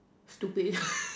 stupid